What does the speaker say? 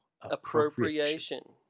Appropriation